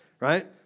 Right